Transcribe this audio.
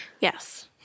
Yes